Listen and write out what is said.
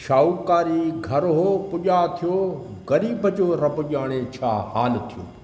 शाहूकारी घरु हुओ पुॼिया थियो ग़रीब जो रब ॼाणे छा हाल थियो